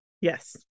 Yes